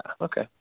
okay